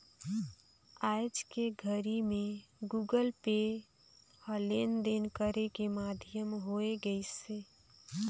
आयज के घरी मे गुगल पे ह लेन देन करे के माधियम होय गइसे